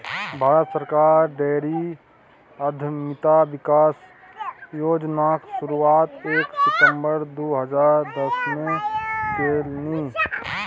भारत सरकार डेयरी उद्यमिता विकास योजनाक शुरुआत एक सितंबर दू हजार दसमे केलनि